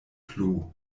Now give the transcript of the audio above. plu